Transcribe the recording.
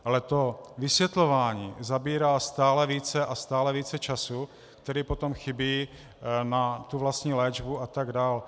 Ale to vysvětlování zabírá stále více a stále více času, který potom chybí na vlastní léčbu atd.